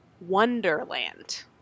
Wonderland